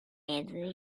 anthony